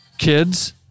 Kids